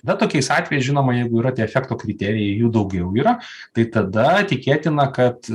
bet tokiais atvejais žinoma jeigu yra tie efekto kriterijai jų daugiau yra tai tada tikėtina kad